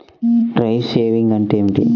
Dry sowing అంటే ఏమిటి?